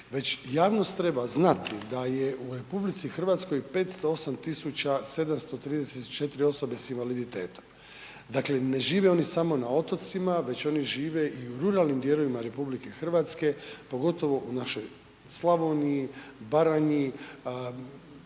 već javnost treba znati da je u RH 508 734 osobe s invaliditetom, dakle ne žive oni samo na otocima, već oni žive i u ruralnim dijelovima RH, pogotovo u našoj Slavoniji, Baranji, ne